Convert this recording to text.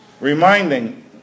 Reminding